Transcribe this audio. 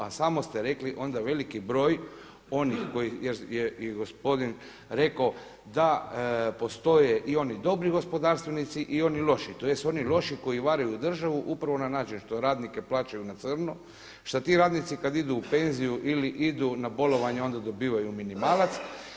A sami ste rekli onda veliki broj onih je i gospodin rekao da postoje i oni dobri gospodarstvenici i oni loši tj. oni loši koji varaju državu upravo na način što radnike plaćaju na crno, što ti radnici kada idu u penziju ili idu na bolovanje onda dobivaju minimalac.